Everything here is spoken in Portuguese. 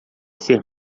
ser